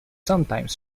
sometimes